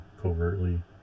covertly